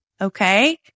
okay